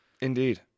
Indeed